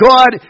God